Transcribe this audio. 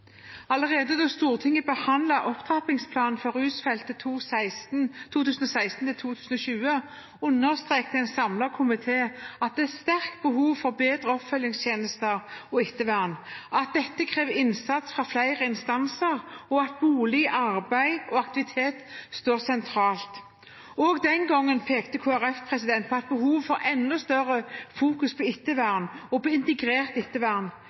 Allerede da Stortinget behandlet Opptrappingsplanen for rusfeltet , understreket en samlet komité at det er et sterkt behov for bedre oppfølgingstjenester og ettervern, at dette krever innsats fra flere instanser, og at bolig, arbeid og aktivitet står sentralt. Også den gang pekte Kristelig Folkeparti på behovet for et enda sterkere fokus på ettervern og integrert ettervern. Kristelig Folkeparti pekte på at